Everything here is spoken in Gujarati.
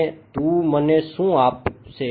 અને તું મને શું આપશે